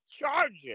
charges